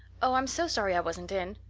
oh, i'm so sorry i wasn't in.